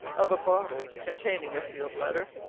of a bottle containing a sealed letter,